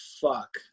fuck